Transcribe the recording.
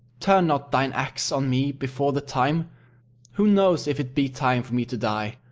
turn not thine axe on me before the time who knows if it be time for me to die?